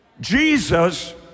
Jesus